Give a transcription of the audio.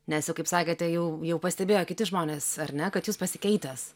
nes jau kaip sakėte jau jau pastebėjo kiti žmonės ar ne kad jūs pasikeitęs